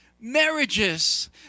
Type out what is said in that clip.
marriages